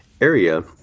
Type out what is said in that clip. area